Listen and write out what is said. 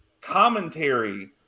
commentary